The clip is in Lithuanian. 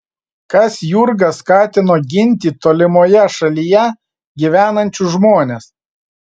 kas jurgą skatino ginti tolimoje šalyje gyvenančius žmones